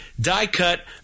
die-cut